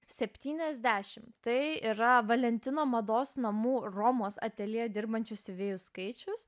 septyniasdešim tai yra valentino mados namų romos ateljė dirbančių siuvėjų skaičius